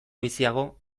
biziago